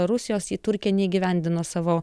rusijos į turkiją neįgyvendino savo